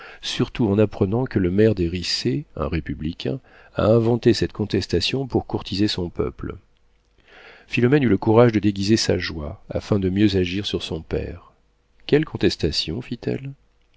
surtout en apprenant que le maire des riceys un républicain a inventé cette contestation pour courtiser son peuple philomène eut le courage de déguiser sa joie afin de mieux agir sur son père quelle contestation